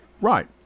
Right